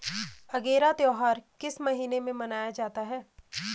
अगेरा त्योहार किस महीने में मनाया जाता है?